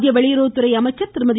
மத்திய வெளியுறவுத்துறை அமைச்சர் திருமதி